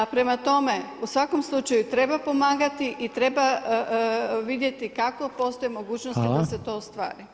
Prema tome u svakom slučaju treba pomagati i treba vidjeti kako postoji mogućnost da se to ostvari.